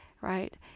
right